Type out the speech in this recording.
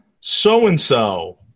so-and-so